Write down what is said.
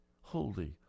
holy